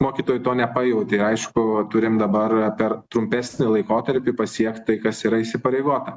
mokytojai to nepajautė aišku turim dabar per trumpesnį laikotarpį pasiekti kas yra įsipareigota